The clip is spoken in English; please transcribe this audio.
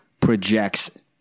projects